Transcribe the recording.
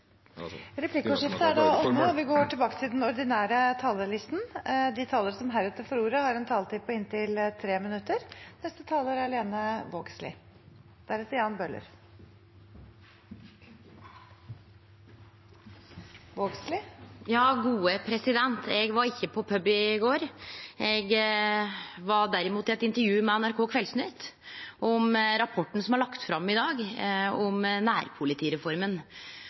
som heretter får ordet, har en taletid på inntil 3 minutter. Eg var ikkje på pub i går, eg var derimot i eit intervju med NRK Kveldsnytt om rapporten som er lagd fram i dag, om nærpolitireforma.